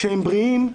כשהם בריאים,